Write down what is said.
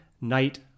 Night